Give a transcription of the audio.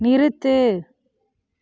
நிறுத்து